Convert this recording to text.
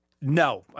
No